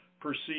perceive